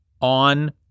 on